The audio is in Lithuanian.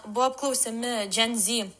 buvo apklausiami džen z